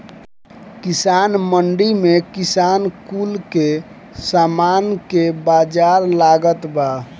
किसान मंडी में किसान कुल के सामान के बाजार लागता बा